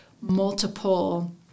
multiple